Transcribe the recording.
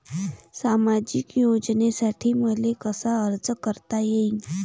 सामाजिक योजनेसाठी मले कसा अर्ज करता येईन?